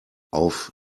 auf